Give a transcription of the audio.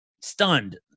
Stunned